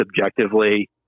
objectively